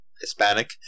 Hispanic